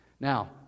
Now